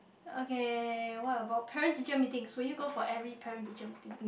okay what about parent teacher meetings would you go for every parent teacher meeting